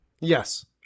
Yes